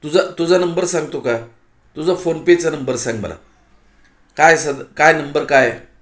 तुझा तुझा नंबर सांगतो का तुझा फोनपेचा नंबर सांग मला काय सद काय नंबर काय